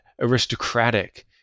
aristocratic